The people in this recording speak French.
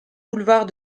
boulevard